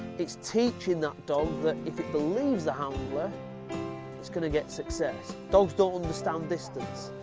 it is teaching that dog that if it believes the handler it is going to get success. dogs don't understand distance.